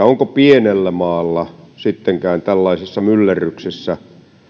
onko pienellä maalla sittenkään tällaisessa myllerryksessä